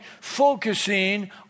focusing